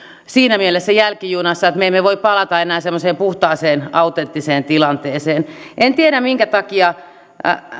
siinä mielessä jälkijunassa että me emme voi palata enää semmoiseen puhtaaseen autenttiseen tilanteeseen en tiedä minkä takia